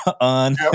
on